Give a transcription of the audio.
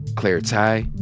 claire tighe,